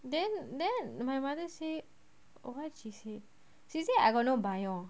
then then my mother say what she say she say I got no bio